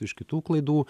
iš kitų klaidų